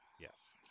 Yes